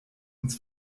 ins